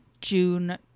June